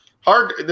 hard